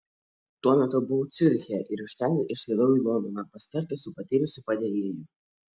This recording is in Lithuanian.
tuo metu buvau ciuriche ir iš ten išskridau į londoną pasitarti su patyrusiu padėjėju